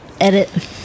edit